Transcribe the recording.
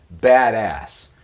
Badass